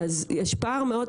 אז יש פער מאוד,